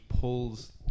pulls